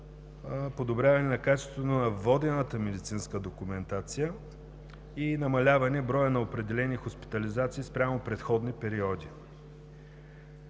подобряване на качеството на водената медицинска документация и намаляване броя на определени хоспитализации спрямо предходни периоди.